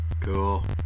Cool